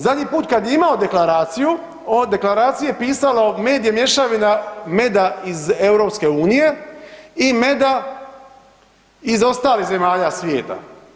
Zadnji put kad je imao deklaraciju, o deklaraciji je pisalo med je mješavina meda iz EU-a i meda iz ostalih zemalja svijeta.